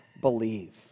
believe